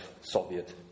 Soviet